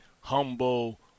humble